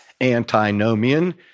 antinomian